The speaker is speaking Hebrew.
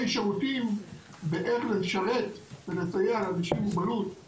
שירותים איך לשרת ולסייע לאנשים עם מוגבלות,